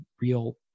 real